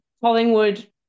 Collingwood